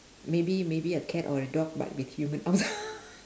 maybe maybe a cat or a dog but with human arms